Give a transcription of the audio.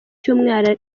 cyumweru